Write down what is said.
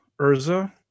Urza